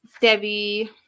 Debbie